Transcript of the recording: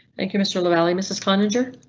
thank you mr lavalley, mrs conjure.